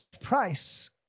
price